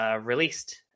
released